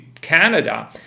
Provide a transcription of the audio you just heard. Canada